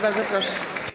Bardzo proszę.